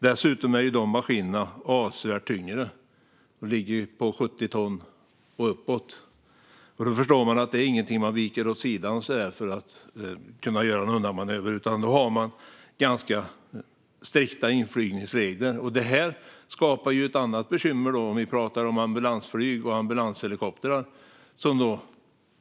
Dessutom är dessa maskiner avsevärt tyngre; de ligger på 70 ton och uppåt. Det är lätt att förstå att det inte är någonting man viker åt sidan med för att kunna göra en undanmanöver, utan det finns ganska strikta inflygningsregler. Detta skapar ett annat bekymmer om vi pratar om ambulansflyg och ambulanshelikoptrar.